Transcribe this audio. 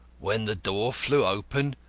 when the door flew open,